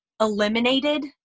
eliminated